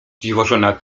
dziwożona